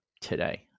today